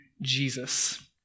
Jesus